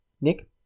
Nick